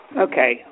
Okay